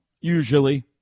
Usually